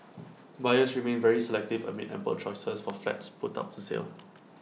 buyers remain very selective amid ample choices for flats put up to sale